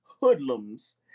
hoodlums